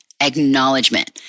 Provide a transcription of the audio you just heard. acknowledgement